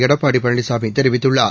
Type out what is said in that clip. எடப்பாடி பழனிசாமி தெரிவித்துள்ளார்